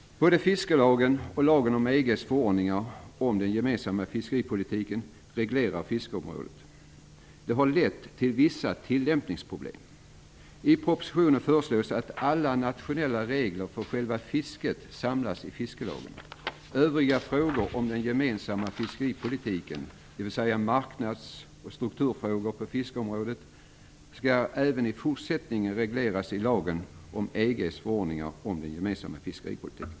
Såväl fiskelagen som lagen om EG:s förordningar om den gemensamma fiskeripolitiken reglerar fiskeområdet. Detta har lett till vissa tillämpningsproblem. I propositionen föreslås att alla nationella regler för själva fisket samlas i fiskelagen. Övriga frågor om den gemensamma fiskeripolitiken, dvs. marknads och strukturfrågor på fiskeområdet, skall även i fortsättningen regleras av lagen om EG:s förordningar om den gemensamma fiskeripolitiken.